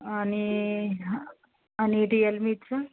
आणि हं आणि रिअलमीचा